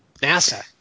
NASA